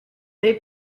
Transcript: they